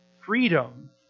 freedom